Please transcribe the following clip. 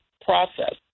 process